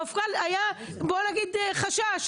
המפכ"ל חשש.